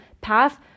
Path